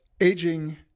aging